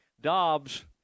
Dobbs